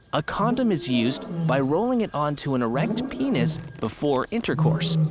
a condom is used by rolling it onto an erect penis before intercourse.